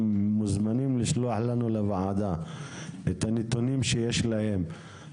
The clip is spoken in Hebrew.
הם מוזמנים לשלוח לנו לוועדה את הנתונים שיש להם